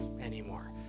anymore